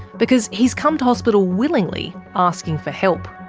because he's come to hospital willingly asking for help.